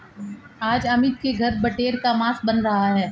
आज अमित के घर बटेर का मांस बन रहा है